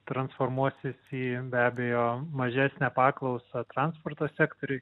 transformuosis į be abejo mažesnę paklausą transporto sektoriuj